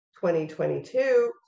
2022